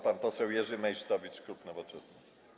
Pan poseł Jerzy Meysztowicz, klub Nowoczesna.